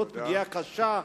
זו פגיעה קשה,